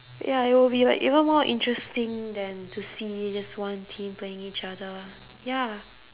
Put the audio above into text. ya it would be like even more interesting than to see just one team playing each other ya